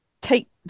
take